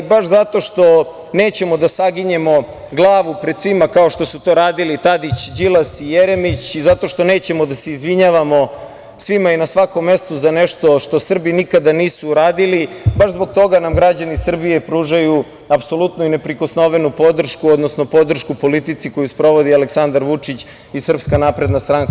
Baš zato što nećemo da saginjemo glavu pred svima kao što su to radili Tadić, Đilas i Jeremić i zato što nećemo da se izvinjavamo svima i na svakom mestu za nešto što Srbi nikada nisu uradili, baš zbog toga nam građani Srbije pružaju apsolutnu i neprikosnovenu podršku, odnosno podršku politici koju sprovodi Aleksandar Vučić i SNS.